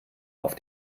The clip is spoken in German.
auf